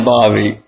Bobby